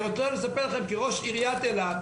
כראש עיריית אילת,